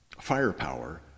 firepower